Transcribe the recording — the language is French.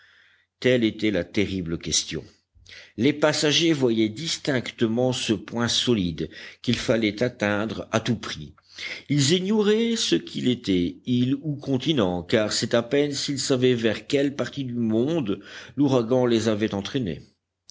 telle était la terrible question les passagers voyaient distinctement ce point solide qu'il fallait atteindre à tout prix ils ignoraient ce qu'il était île ou continent car c'est à peine s'ils savaient vers quelle partie du monde l'ouragan les avait entraînés